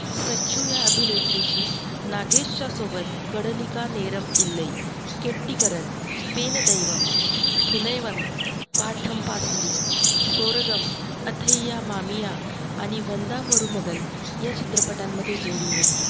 सच्चू या अभिनेत्रीची नागेशच्यासोबत कढलिका नेरम इल्लई केट्टीकरन पेन दैवम थुनैवम पाठम पासली सोरगम अथैया मामिया आणि वंदा मरुमगल या चित्रपटांमध्ये जोडी होती